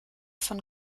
von